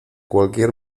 cualquier